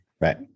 Right